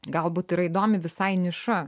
galbūt yra įdomi visai niša